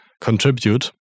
contribute